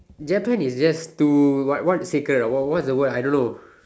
Japan is just too what what sacred what what is the word I don't know